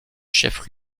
chef